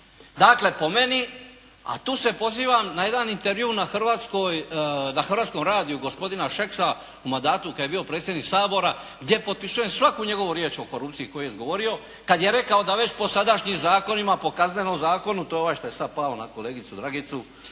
Dakle, po meni, a tu se pozivam na jedan intervju na Hrvatskom radiju gospodina Šeksa u mandatu kad je bio predsjednik Sabora gdje potpisujem svaku njegovu riječ o korupciji koju je izgovorio, kad je rekao da već po sadašnjim zakonima, po Kaznenom zakonu, to je ovaj što je sad pao na kolegicu Dragicu